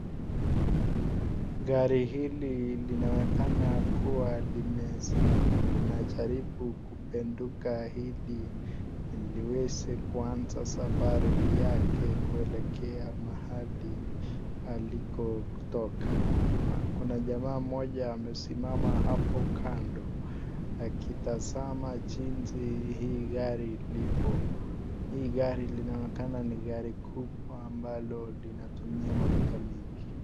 Gari hili linaonekana kuwa limesimama linajaribu kupendika ili liweze kuanza safari yake ili irudi mahali ilipotoka Kuna jamaa mmoja amesimama hapo kando akitazama jinsi hili gari lipo hili gari linaonekana ni gari kubwa ambalo linatia mafuta mengi.